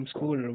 School